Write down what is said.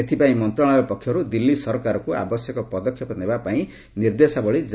ଏଥିପାଇଁ ମନ୍ତ୍ରଣାଳୟ ପକ୍ଷରୁ ଦିଲ୍ଲୀ ସରକାରକୁ ଆବଶ୍ୟକ ପଦକ୍ଷେପ ନେବା ପାଇଁ ନିର୍ଦ୍ଦେଶାବଳୀ ଜାରି କରାଯାଇଛି